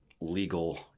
legal